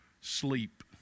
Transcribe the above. Sleep